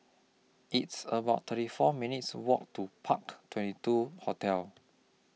It's about thirty four minutes' Walk to Park twenty two Hotel